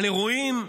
על אירועים חשובים,